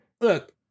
look